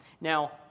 Now